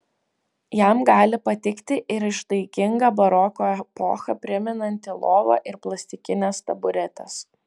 jam gali patikti ir ištaiginga baroko epochą primenanti lova ir plastikinės taburetės